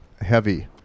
heavy